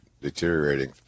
deteriorating